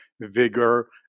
vigor